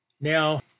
Now